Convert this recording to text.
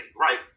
right